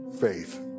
faith